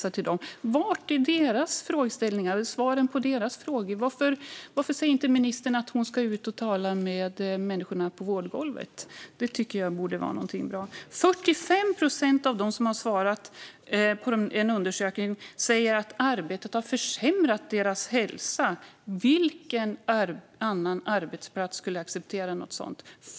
Var är dessa människors frågeställningar och svaren på deras frågor? Varför säger inte ministern att hon ska ut och tala med människorna på vårdgolvet? Det tycker jag skulle vara någonting bra. Hela 45 procent av dem som har svarat på en undersökning säger att arbetet har försämrat deras hälsa. Vilken annan arbetsplats skulle acceptera något sådant?